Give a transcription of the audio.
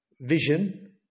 vision